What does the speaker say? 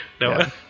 no